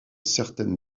certaines